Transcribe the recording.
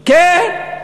כן,